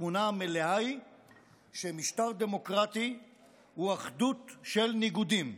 התמונה המלאה היא שמשטר דמוקרטי הוא אחדות של ניגודים,